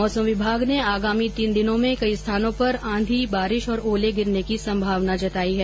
मौसम विमाग ने आगामी तीन दिनों में कई स्थानों पर आंधी बारिश और ओले गिरने की संभावना जताई है